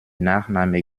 nachname